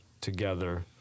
together